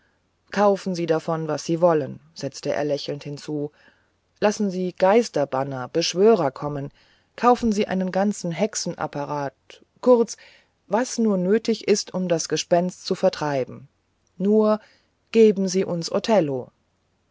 kaufen sie davon was sie wollen setzte er lächelnd hinzu lassen sie geisterbanner beschwörer kommen kaufen sie einen ganzen hexenapparat kurz was nur immer nötig ist um das gespenst zu vertreiben nur geben sie uns othello